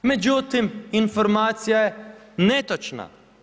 Međutim, informacija je netočna.